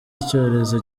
icyorezo